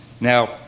Now